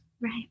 Right